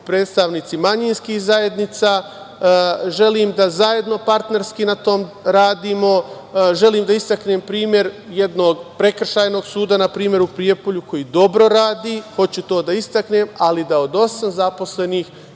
predstavnici manjinskih zajednica, želim da zajedno partnerski na tom radimo. Želim da istaknem primer jednog prekršajnog suda, na primer u Prijepolju, koji dobro radi, hoću to da istaknem, ali da od osam zaposlenih